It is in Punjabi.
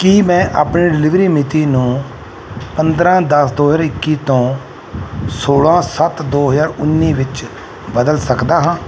ਕੀ ਮੈਂ ਆਪਣੀ ਡਿਲੀਵਰੀ ਮਿਤੀ ਨੂੰ ਪੰਦਰਾਂ ਦਸ ਦੋ ਹਜ਼ਾਰ ਇੱਕੀ ਤੋਂ ਸੌਲ਼੍ਹਾਂ ਸੱਤ ਦੋ ਹਜ਼ਾਰ ਉੱਨੀ ਵਿੱਚ ਬਦਲ ਸਕਦਾ ਹਾਂ